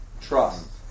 Trust